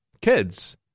Kids